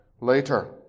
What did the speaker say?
later